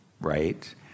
right